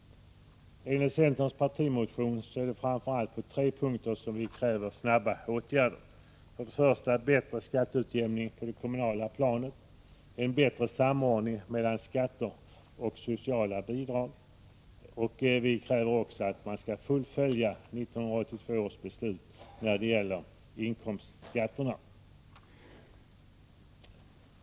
I sin partimotion är det framför allt på tre punkter centern kräver snabba åtgärder. Det gäller bättre skatteutjämning på det kommunala planet, en ,bättre samordning mellan skatter och sociala bidrag samt ett fullföljande av 1982 års beslut när det gäller inkomstskatterna.